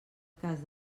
cas